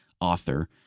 author